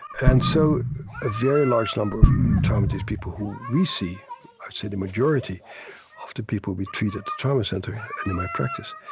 and so a very large number of traumatized people whom we see i'd say the majority of the people we treat at the trauma center and in my practice